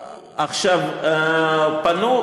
תיזהרו.